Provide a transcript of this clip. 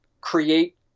create